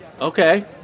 Okay